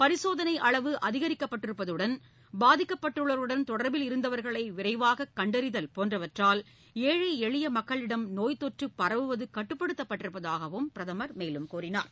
பரிசோதனை அளவு அதிகரிக்கப்பட்டிருப்பதுடன் பாதிக்கப்பட்டுள்ளவர்களுடன் தொடர்பில் இருந்தவர்களை விரைவாக கண்டறிதல் போன்றவற்றால் ஏழை எளிய மக்களிடம் நோய்த்தொற்று பரவுவது கட்டுப்படுத்தப்பட்டிருப்பதாகவும் பிரதமர் தெரிவித்தார்